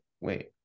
Wait